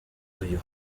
uyu